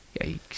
Yikes